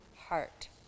heart